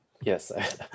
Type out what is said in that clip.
Yes